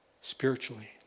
spiritually